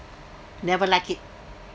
never liked it